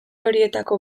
horietako